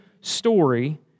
story